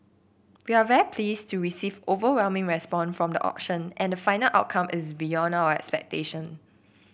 we are very pleased to receive overwhelming response from the auction and the final outcome is beyond our expectation